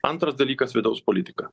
antras dalykas vidaus politika